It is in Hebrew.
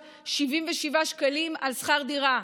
5,477 שקלים על שכר דירה,